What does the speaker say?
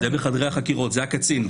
זה בחדרי החקירות, זה הקצין.